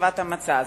לכתיבת המצע הזה.